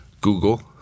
Google